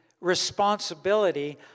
responsibility